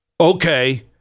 okay